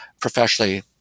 professionally